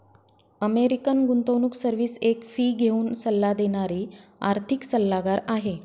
American गुंतवणूक service एक fee घेऊन सल्ला देणारी आर्थिक सल्लागार आहे